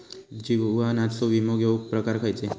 जीवनाचो विमो घेऊक प्रकार खैचे?